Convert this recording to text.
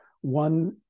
one